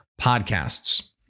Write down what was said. podcasts